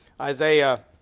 Isaiah